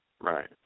Right